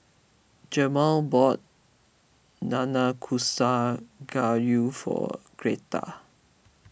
Jamar bought Nanakusa Gayu for Gretta